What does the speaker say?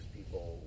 people